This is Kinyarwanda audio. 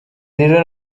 rero